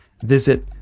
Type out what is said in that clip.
visit